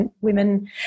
women